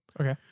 Okay